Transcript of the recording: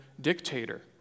dictator